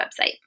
website